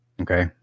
Okay